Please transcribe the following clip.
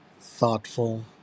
thoughtful